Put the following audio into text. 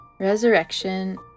Resurrection